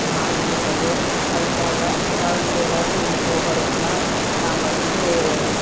மாறிவிட்டது அதுக்காக அந்த காலத்தில் எதாச்சும் ஒன்று போகிறதுன்னா நாம வந்து